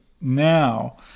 now